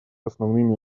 основными